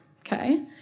okay